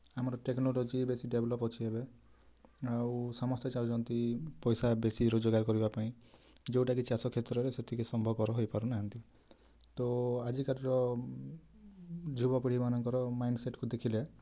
ଆମର ଟେକ୍ନୋଲୋଜି ବେଶୀ ଡେଭଲପ ଅଛି ଏବେ ଆଉ ସମସ୍ତେ ଯାଉଛନ୍ତି ପଇସା ବେଶୀ ରୋଜଗାର କରିବା ପାଇଁ ଯେଉଁଟା କି ଚାଷ କ୍ଷେତ୍ରରେ ସେତିକି ସମ୍ଭବ ପର ହୋଇ ପାରୁନାହାନ୍ତି ତ ଆଜିକାଲି ର ଯୁବ ପିଢ଼ି ମାନଙ୍କର ମାଇଣ୍ଡ ସେଟ୍କୁ ଦେଖିଲେ